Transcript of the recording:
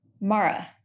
Mara